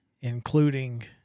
including